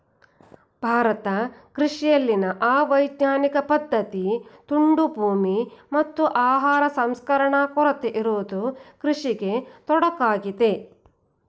ಭಾರತ ಕೃಷಿಯಲ್ಲಿನ ಅವೈಜ್ಞಾನಿಕ ಪದ್ಧತಿ, ತುಂಡು ಭೂಮಿ, ಮತ್ತು ಆಹಾರ ಸಂಸ್ಕರಣಾದ ಕೊರತೆ ಇರುವುದು ಕೃಷಿಗೆ ತೊಡಕಾಗಿದೆ